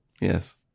Yes